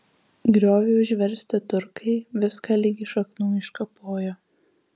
grioviui užversti turkai viską ligi šaknų iškapojo